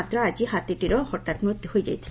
ମାତ୍ର ଆଜି ହାତୀଟିର ହଠାତ୍ ମୃତ୍ୟୁ ହୋଇଯାଇଥିଲା